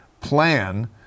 plan